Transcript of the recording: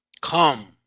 Come